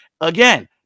Again